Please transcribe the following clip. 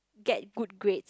get good grades